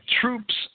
troops